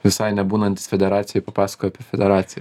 visai nebūnantis federacijoj papasakoju apie federaciją